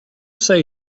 say